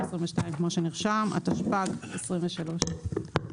התשפ"ג 2023)